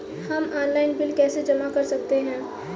हम online bill कैसे जमा कर सकते हैं?